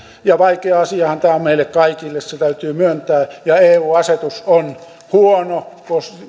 vaikea asiahan tämä on meille kaikille se täytyy myöntää eu asetus on huono